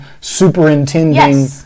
superintending